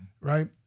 right